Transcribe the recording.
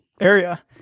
area